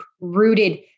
rooted